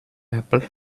apple